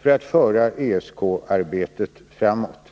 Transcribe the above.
för att föra ESK-arbetet framåt.